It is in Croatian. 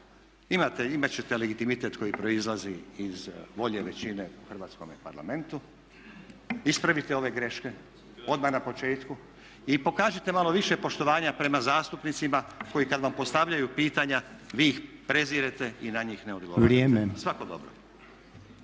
Imat ćete legitimitet koji proizlazi iz volje većine u Hrvatskome parlamentu. Ispravite ove greške odmah na početku i pokažite malo više poštovanja prema zastupnicima koji kad vam postavljaju pitanja vi ih prezirete i na njih ne odgovarate. …/Upadica